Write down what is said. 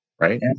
right